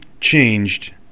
changed